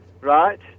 Right